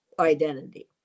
identity